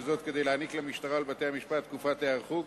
וזאת כדי להעניק למשטרה ולבתי-המשפט תקופת היערכות,